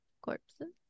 corpses